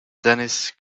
dennis